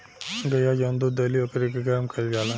गइया जवन दूध देली ओकरे के गरम कईल जाला